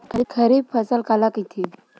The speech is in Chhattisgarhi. खरीफ फसल काला कहिथे?